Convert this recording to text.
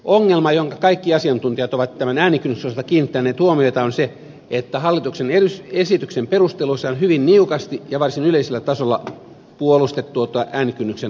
ongelma johonka kaikki asiantuntijat ovat tämän äänikynnyksen osalta kiinnittäneet huomiota on se että hallituksen esityksen perusteluissa on hyvin niukasti ja varsin yleisellä tasolla puolustettu tuota äänikynnyksen asettamista